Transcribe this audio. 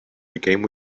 became